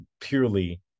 purely